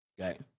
Okay